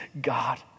God